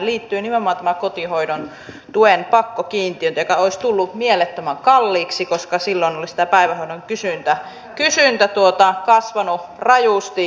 siihenhän liittyi nimenomaan kotihoidon tuen pakkokiintiöinti joka olisi tullut mielettömän kalliiksi koska silloin olisi päivähoidon kysyntä kasvanut rajusti